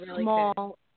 small